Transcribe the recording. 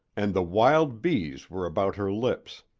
and the wild bees were about her lips.